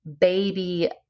baby